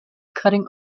cutting